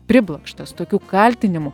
priblokštas tokių kaltinimų